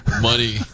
Money